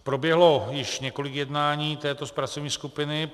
Proběhlo již několik jednání této pracovní skupiny.